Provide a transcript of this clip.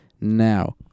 Now